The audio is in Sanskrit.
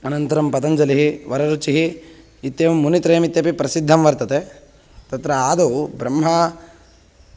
अनन्तरं पतञ्जलिः वररुचिः इत्येवं मुनित्रयम् इत्यपि प्रसिद्धं वर्तते तत्र आदौ ब्रह्मा